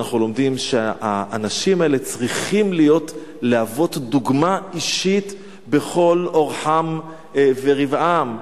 אנחנו לומדים שהאנשים האלה צריכים להוות דוגמה אישית בכל אורחם ורבעם.